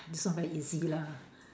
this one very easy lah